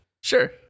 Sure